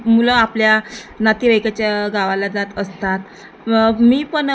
मुलं आपल्या नातेवाईकाच्या गावाला जात असतात मी पण